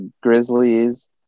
Grizzlies